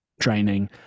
training